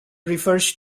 refers